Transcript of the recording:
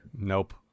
Nope